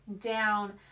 Down